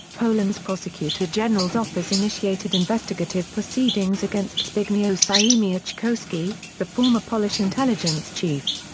poland's prosecutor general's office initiated investigative proceedings against zbigniew siemiatkowski, the former polish intelligence chief.